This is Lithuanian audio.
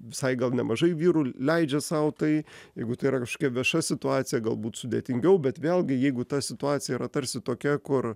visai gal nemažai vyrų leidžia sau tai jeigu tai yra kažkokia vieša situacija galbūt sudėtingiau bet vėlgi jeigu ta situacija yra tarsi tokia kur